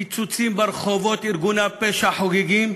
פיצוצים ברחובות, ארגוני הפשע חוגגים,